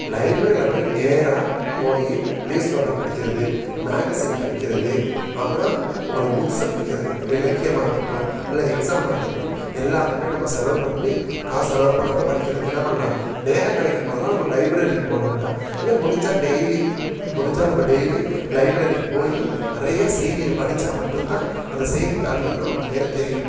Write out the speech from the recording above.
லைப்ரரியில் போய் நேராக போய் நியூஸ் பேப்பர் படிக்கிறது மேகஸின் படிக்கிறது அப்புறம் உங்களுக்கு புக்ஸு படிக்கிறது இப்போ இலக்கியமாக இருக்கட்டும் இல்லை எக்ஸாமாக இருக்கட்டும் எல்லாத்துக்குமே நம்ம செலவு பண்ணி காசு செலவு பண்ணாமல் படிக்கிறதுக்கு என்ன பண்ணலாம் நேரம் கிடைக்கும் போதுலாம் நம்ம லைப்பரிக்கு போனோம்னா இல்லை முடிஞ்சால் டெய்லி முடிஞ்சால் நம்ம டெய்லி லைப்ரரிக்குப் போய் நிறையா செய்தியைப் படித்தா மட்டுந்தான் அந்தச் செய்தித்தாள்றது நமக்கு நிறையா தெரியும்